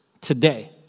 today